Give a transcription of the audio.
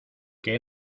que